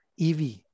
EV